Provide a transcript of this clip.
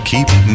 keep